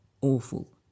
awful